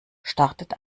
startet